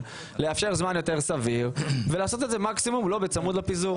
ולאפשר זמן יותר סביר ולעשות מקסימום לא בצמוד לפיזור.